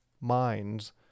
minds